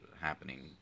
happening